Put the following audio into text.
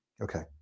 Okay